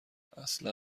اصلا